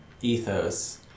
Ethos